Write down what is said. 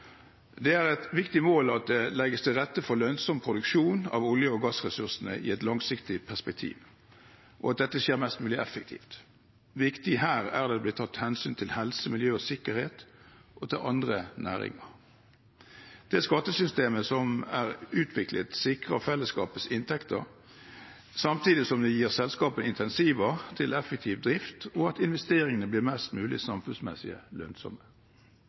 Det er et viktig mål at det legges til rette for lønnsom produksjon av olje- og gassressursene i et langsiktig perspektiv, og at dette skjer mest mulig effektivt. Viktig her er det at det blir tatt hensyn til helse, miljø og sikkerhet og til andre næringer. Det skattesystemet som er utviklet, sikrer fellesskapets inntekter, samtidig som det gir selskapet incentiver til effektiv drift, og at investeringene blir mest mulig samfunnsmessig lønnsomme.